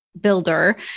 builder